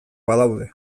badaude